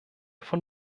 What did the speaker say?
von